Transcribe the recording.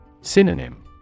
Synonym